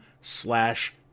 slash